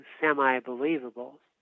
semi-believable